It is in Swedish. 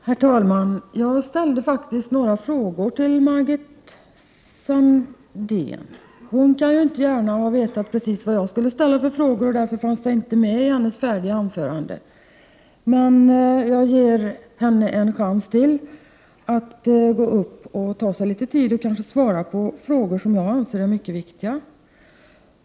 Herr talman! Jag ställde faktiskt några frågor till Margit Sandéhn. Hon kunde inte gärna ha vetat i förväg precis vad jag skulle ställa för frågor, och därför fanns det inte med några svar i hennes färdiga anförande. Men jag ger henne en chans till att ta sig litet tid och svara på frågor som jag anser vara mycket viktiga.